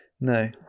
No